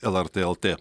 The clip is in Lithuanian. lrt lt